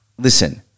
listen